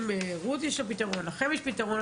אם לרות יש פתרון או לכם יש פתרון,